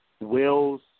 wills